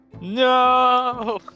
No